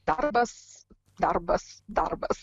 darbas darbas darbas